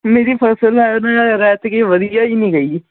ਮੇਰੀ ਫ਼ਸਲ ਹੈ ਨਾ ਐਤਕੀਂ ਵਧੀਆ ਜੀ ਨਹੀਂ ਗਈ